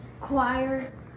choir